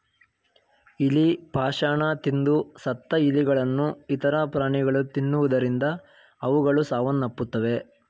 ಇಲಿ ಪಾಷಾಣ ತಿಂದು ಸತ್ತ ಇಲಿಗಳನ್ನು ಇತರ ಪ್ರಾಣಿಗಳು ತಿನ್ನುವುದರಿಂದ ಅವುಗಳು ಸಾವನ್ನಪ್ಪುತ್ತವೆ